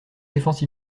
défenses